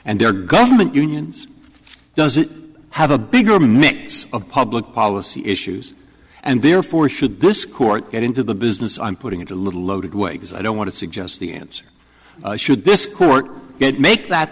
and their government unions does it have a bigger mix of public policy issues and therefore should this court get into the business i'm putting it a little loaded way because i don't want to suggest the answer should this court get make that